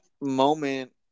moment